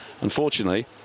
unfortunately